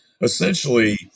essentially